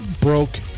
broke